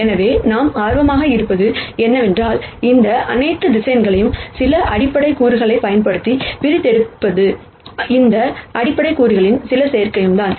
எனவே நாம் ஆர்வமாக இருப்பது என்னவென்றால் இந்த அனைத்து வெக்டர்ஸ் சில அடிப்படை கூறுகளைப்பயன்படுத்தி பிரதிநிதித்துவப்படுத்துவதும் இந்த அடிப்படை கூறுகளின் சில சேர்க்கையும்தான்